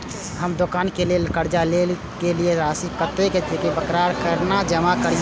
हम दुकान के लेल जे कर्जा लेलिए वकर राशि कतेक छे वकरा केना जमा करिए?